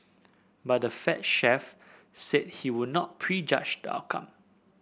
but the Fed chief said he would not prejudge the outcome